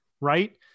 right